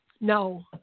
No